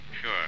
Sure